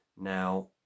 Now